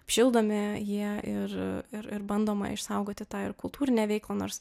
šildomi jie ir ir ir bandoma išsaugoti tą ir kultūrinę veiklą nors